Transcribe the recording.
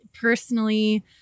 personally